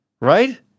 Right